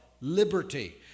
liberty